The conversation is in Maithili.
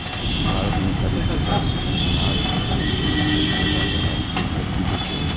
भारत मे करीब पचासी लाख हेक्टेयर क्षेत्र मे बाजरा के खेती होइ छै